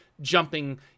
jumping